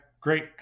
great